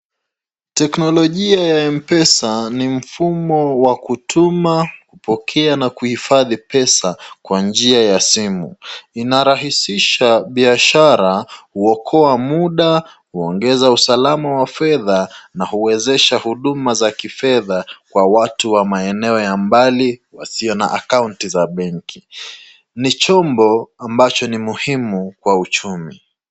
Teknolojia ya M-Pesa ni mfumo wa kutuma, kupokea na kuhifadhi pesa kwa njia ya simu. Inarahisisha biashara, huokoa muda, huongeza usalama wa fedha na huwezesha huduma za kifedha kwa watu wa maeneo ya mbali wasio na akaunti za benki. Ni chombo ambacho ni muhimu kwa uchumi.